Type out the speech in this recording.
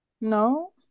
No